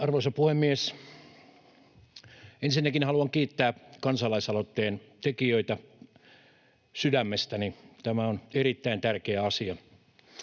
Arvoisa puhemies! Ensinnäkin haluan kiittää kansalais-aloitteen tekijöitä sydämestäni. Tämä on erittäin tärkeä asia.